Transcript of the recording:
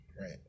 right